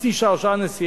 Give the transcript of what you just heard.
חצי שעה או שעה נסיעה,